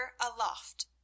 aloft